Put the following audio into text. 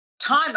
time